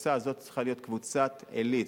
הקבוצה הזאת צריכה להיות קבוצת עילית.